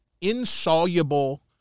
insoluble